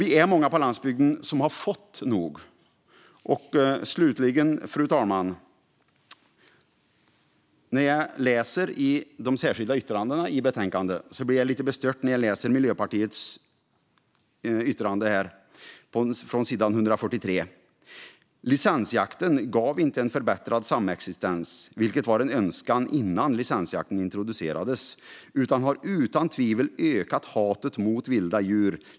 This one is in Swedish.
Vi är många på landsbygden som har fått nog. Fru talman! När jag läser Miljöpartiets särskilda yttrande på sida 143 i betänkandet blir jag lite bestört. "Licensjakten gav inte en förbättrad samexistens, vilket var en önskan innan licensjakten introducerades, utan har utan tvivel ökat hatet mot vilda djur.